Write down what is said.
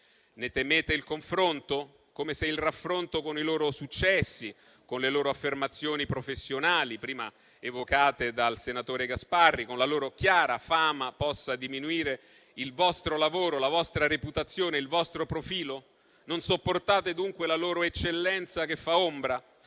Ne temete il confronto, come se il raffronto con i loro successi, con le loro affermazioni professionali, prima evocate dal senatore Gasparri, con la loro chiara fama, possa diminuire il vostro lavoro, la vostra reputazione, il vostro profilo? Non sopportate, dunque, la loro eccellenza, che fa ombra?